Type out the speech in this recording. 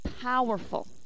powerful